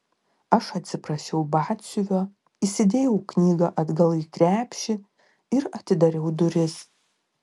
aš atsiprašiau batsiuvio įsidėjau knygą atgal į krepšį ir atidariau duris